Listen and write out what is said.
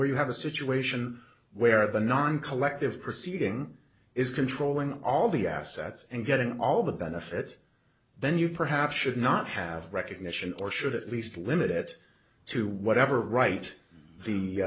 when you have a situation where the non collective proceeding is controlling all the assets and getting all the benefit then you perhaps should not have recognition or should at least limit it to whatever right the